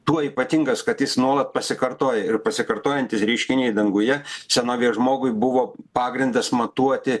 tuo ypatingas kad jis nuolat pasikartoja ir pasikartojantys reiškiniai danguje senovės žmogui buvo pagrindas matuoti